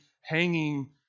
hanging